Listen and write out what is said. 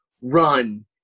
run